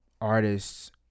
artists